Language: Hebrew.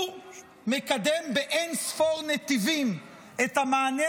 הוא מקדם באין-ספור נתיבים את המענה